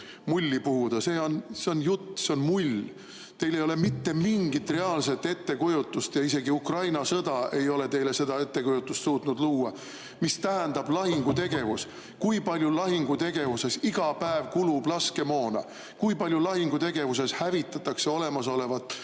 mulli puhuda. See on jutt, see on mull, teil ei ole mitte mingit reaalset ettekujutust. Isegi Ukraina sõda ei ole teile seda ettekujutust suutnud luua, mis tähendab lahingutegevus, kui palju lahingutegevuses iga päev kulub laskemoona, kui palju lahingutegevuses hävitatakse olemasolevat